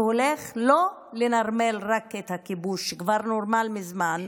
שהולך לנרמל לא רק את הכיבוש, כבר נורמל מזמן,